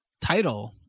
title